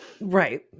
right